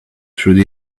through